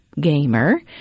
gamer